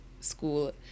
school